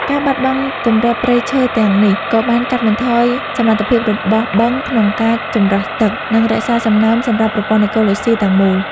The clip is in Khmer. ការបាត់បង់គម្របព្រៃឈើទាំងនេះ ក៏បានកាត់បន្ថយសមត្ថភាពរបស់បឹងក្នុងការចម្រោះទឹក និងរក្សាសំណើមសម្រាប់ប្រព័ន្ធអេកូឡូស៊ីទាំងមូល។